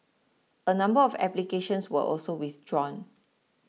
a number of applications were also withdrawn